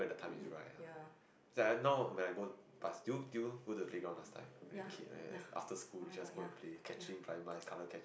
ya ya ya oh-my-god ya ya